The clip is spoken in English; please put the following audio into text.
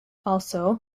also